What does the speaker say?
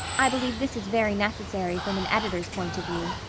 i believe this is very necessary from an editor's point of view.